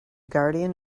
guardian